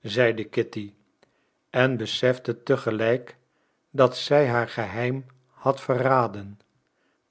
zeide kitty en besefte te gelijk dat zij haar geheim had verraden